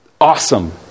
awesome